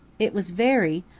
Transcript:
it was veery,